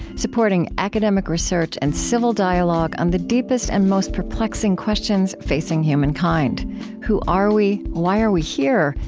supporting academic research and civil dialogue on the deepest and most perplexing questions facing humankind who are we? why are we here?